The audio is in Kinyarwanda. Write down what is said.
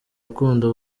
ukunda